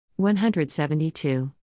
172